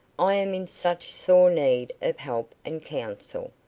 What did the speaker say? i am in such sore need of help and counsel,